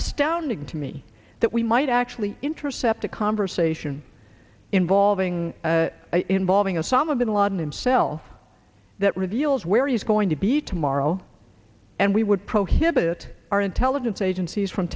astounding to me that we might actually intercept a conversation involving involving osama bin laden himself that reveals where he's going to be tomorrow and we would prohibit our intelligence agencies from